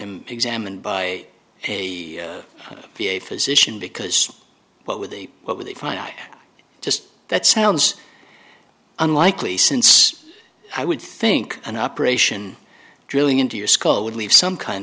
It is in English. him examined by a v a physician because what would they what would they find i just that sounds unlikely since i would think an operation drilling into your skull would leave some kind